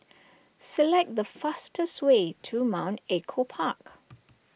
select the fastest way to Mount Echo Park